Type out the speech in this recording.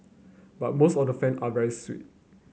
but most of the fan are very sweet